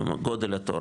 גודל התור.